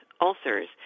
ulcers